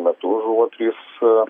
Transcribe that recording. metu žuvo trys